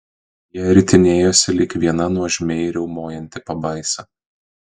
jie ritinėjosi lyg viena nuožmiai riaumojanti pabaisa